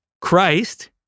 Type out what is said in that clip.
Christ